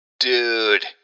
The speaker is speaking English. Dude